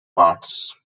parts